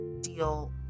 deal